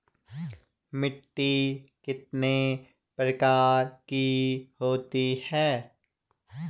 मिट्टी कितने प्रकार की होती है?